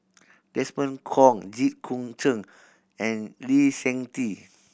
Desmond Kon Jit Koon Ch'ng and Lee Seng Tee